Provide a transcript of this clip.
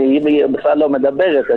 היא בכלל לא מדברת,